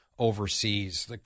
overseas